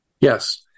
Yes